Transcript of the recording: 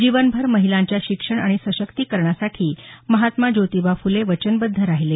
जीवनभर महिलांच्या शिक्षण आणि सशक्तिकरणासाठी महात्मा ज्योतिबा फुले वचनबद्ध राहिले